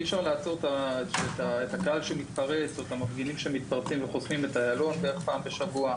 אי-אפשר לעצור קהל שמתפרץ או מפגינים שחוסמים את איילון בערך פעם בשבוע.